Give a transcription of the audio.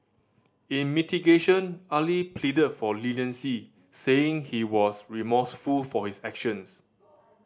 in mitigation Ali pleaded for leniency saying he was remorseful for his actions